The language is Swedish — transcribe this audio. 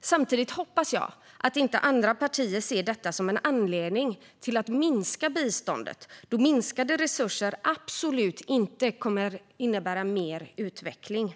Samtidigt hoppas jag att inte andra partier ser detta som en anledning att minska biståndet eftersom minskade resurser absolut inte kommer att innebära mer utveckling.